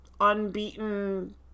unbeaten